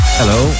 Hello